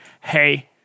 hey